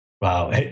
Wow